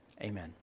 Amen